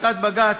ופסיקת בג"ץ,